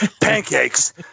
Pancakes